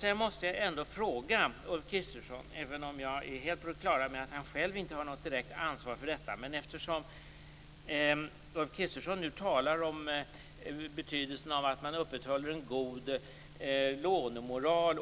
Sedan måste jag ställa en fråga till Ulf Kristersson, även om jag är helt på det klara med att han själv inte har något direkt ansvar för detta, eftersom Ulf Kristersson nu talar om betydelsen av att man upprätthåller en god lånemoral: